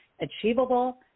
achievable